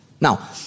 Now